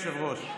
אדוני היושב-ראש,